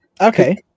Okay